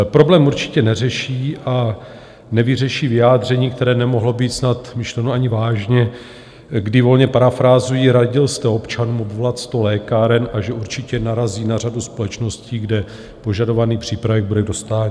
Problém určitě neřeší a nevyřeší vyjádření, které nemohlo být snad myšleno ani vážně, kdy volně parafrázuji radil jste občanům obvolat sto lékáren a že určitě narazí na řadu společností, kde požadovaný přípravek bude k dostání.